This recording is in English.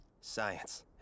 Science